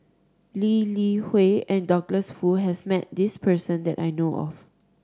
Lee Li Hui and Douglas Foo has met this person that I know of